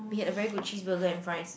we had a very good cheeseburger and fries